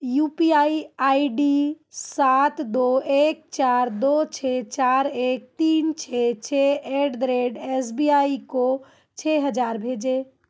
you P I I D सात दो एक चार दो छः चार एक तीन छः छः at the rate S B I को छः हज़ार भेजें